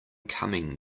coming